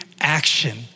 action